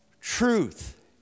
truth